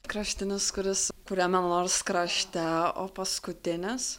kraštinis kuris kuriame nors krašte o paskutinis